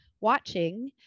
watching